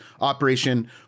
operation